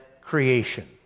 creation